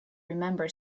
remember